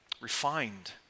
refined